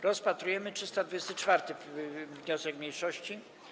Rozpatrujemy 324. wniosek mniejszości.